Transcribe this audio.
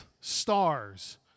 stars